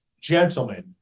gentlemen